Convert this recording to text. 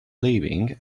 leaving